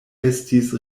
estis